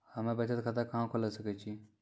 हम्मे बचत खाता कहां खोले सकै छियै?